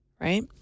right